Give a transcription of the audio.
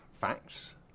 facts